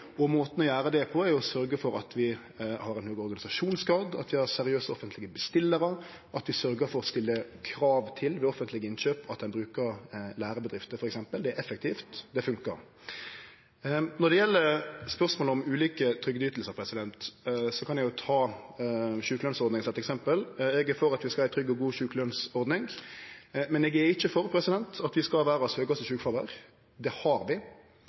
Måten å gjere det på er å sørgje for at vi har ein høg organisasjonsgrad, at vi har seriøse offentlege bestillarar, at vi ved offentlege innkjøp sørgjer for å stille krav, f.eks. til at ein brukar lærebedrifter. Det er effektivt, det funkar. Når det gjeld spørsmålet om ulike trygdeytingar, kan eg ta sjukelønsordninga som eit eksempel. Eg er for at vi skal ha ei trygg og god sjukelønsordning, men eg er ikkje for at vi skal verdas høgaste sjukefråvære. Det har vi, og det kan kanskje har noko å gjere med at vi